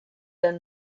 and